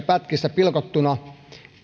pätkiin pilkottuina